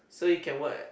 so you can work